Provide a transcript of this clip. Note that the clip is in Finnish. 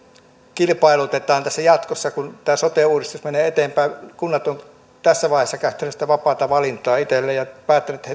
kilpailutetaan tässä jatkossa kun tämä sote uudistus menee eteenpäin kunnat ovat tässä vaiheessa käyttäneet sitä vapaata valintaa itselleen ja päättäneet